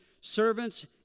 servants